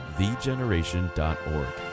TheGeneration.org